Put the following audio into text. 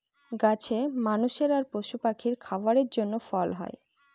গাছে মানুষের আর পশু পাখির খাবারের জন্য ফল হয়